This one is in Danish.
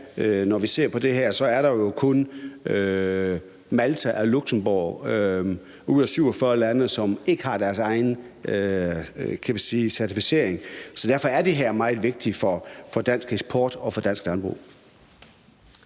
når vi ser på det her, er det jo kun Malta og Luxembourg ud af 47 lande, som ikke har deres egen, kan vi sige, certificering. Så derfor er det her meget vigtigt for dansk eksport og for dansk landbrug.